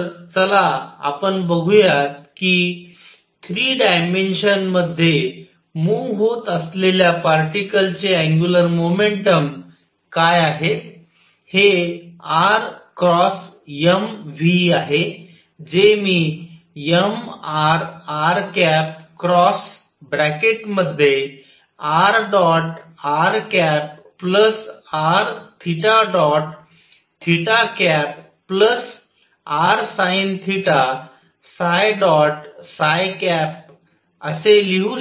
तर चला आपण बघूया की 3 डायमेन्शन मध्ये मूव्ह होत असलेल्या पार्टीकल चे अँग्युलर मोमेंटम काय आहे हे r mv आहे जे मी mrr× rr r rsinθलिहू